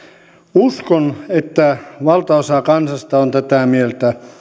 uskon että valtaosa kansasta on tätä mieltä